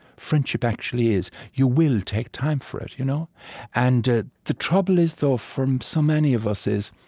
friendship actually is, you will take time for it you know and ah the trouble is, though, for so many of us, is